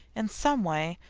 in some way,